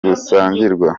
busangirwa